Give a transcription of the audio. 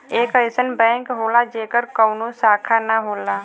एक अइसन बैंक होला जेकर कउनो शाखा ना होला